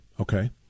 Okay